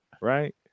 right